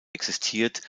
existiert